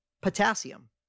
potassium